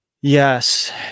yes